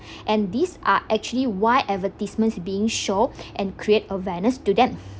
and these are actually why advertisements being showed and create awareness to them